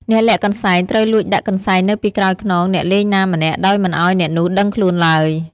អ្នកលាក់កន្សែងត្រូវលួចដាក់កន្សែងនៅពីក្រោយខ្នងអ្នកលេងណាម្នាក់ ដោយមិនឲ្យអ្នកនោះដឹងខ្លួនឡើយ ។